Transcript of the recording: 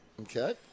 Okay